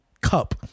cup